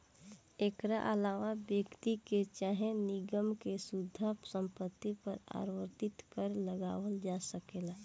एकरा आलावा व्यक्ति के चाहे निगम के शुद्ध संपत्ति पर आवर्ती कर लगावल जा सकेला